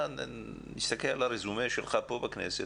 נסתכל על הרזומה שלך פה בכנסת,